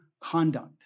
conduct